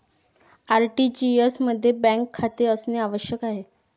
RTGS मध्ये bank खाते असणे आवश्यक आहे